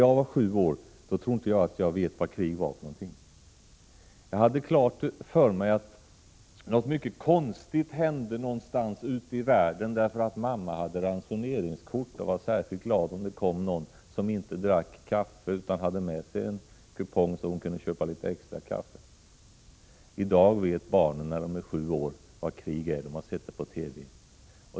Jag tror inte att jag visste vad krig var när jag var sju år. Jag hade klart för mig att något mycket konstigt hände någonstans ute i världen, eftersom mamma hade ransoneringskuponger och blev särskilt glad om det kom någon som inte drack kaffe, utan hade med sig en kupong så att mamma kunde köpa litet extra kaffe. I dag vet barn när de är sju år vad krig är — de har sett det på TV.